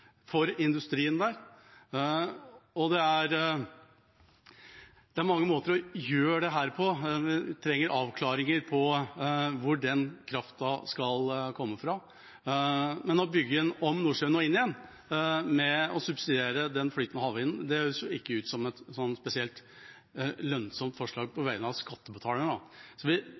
Det er mange måter å gjøre dette på. Vi trenger avklaringer av hvor den kraften skal komme fra, men å bygge den om Nordsjøen og inn igjen ved å subsidiere den flytende havvinden, høres ikke ut som et spesielt lønnsomt forslag for skattebetalerne. Vi diskuterer også en sammenheng mellom hvordan vi